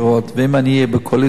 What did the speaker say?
ואם אני אהיה בקואליציה בקדנציה הבאה,